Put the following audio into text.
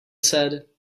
said